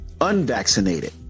unvaccinated